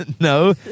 no